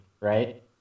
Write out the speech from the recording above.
Right